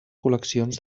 col·leccions